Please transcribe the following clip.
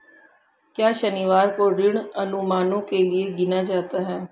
क्या शनिवार को ऋण अनुमानों के लिए गिना जाता है?